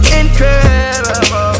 incredible